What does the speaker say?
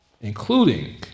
including